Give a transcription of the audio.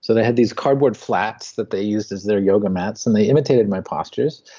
so they had these cardboard flats that they used as their yoga mats, and they imitated my postures,